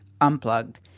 Unplugged